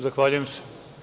Zahvaljujem se.